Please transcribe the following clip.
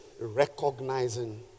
Recognizing